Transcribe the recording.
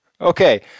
Okay